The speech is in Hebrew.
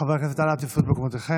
חברי הכנסת, אנא תפסו את מקומותיכם.